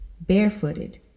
Barefooted